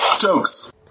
Jokes